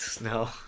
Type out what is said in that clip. No